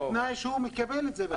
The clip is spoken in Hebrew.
בתנאי שהוא מקבל את זה חזרה.